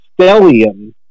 stellium